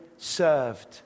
served